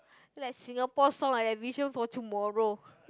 like Singapore song like vision for tomorrow